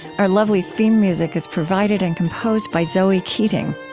our lovely theme music is provided and composed by zoe keating.